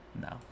No